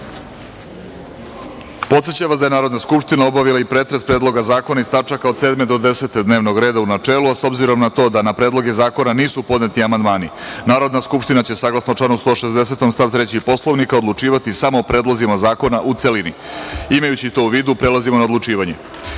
postupku. Podsećam vas da je Narodna skupština obavila i pretres predloga zakona iz tačaka od 7. do 10. dnevnog reda u načelu, a s obzirom na to da na predloge zakona nisu podneti amandmani Narodna skupština će saglasno članu 160. stav 3. Poslovnika odlučivati samo u predlozima zakona u celini. Imajući to u vidu, prelazimo na odlučivanje. Stavljam